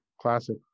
Classic